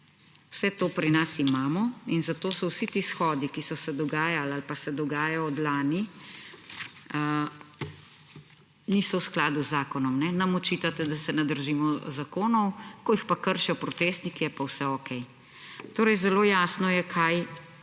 Vse to pri nas imamo in zato so vsi ti shodi, ki so se dogajali ali pa se dogajajo od lani, niso v skladu z zakonom. Nam očitate, da se ne držimo zakonov, ko jih pa kršijo protestniki, je pa vse okej. Torej, zelo jasno je, kaj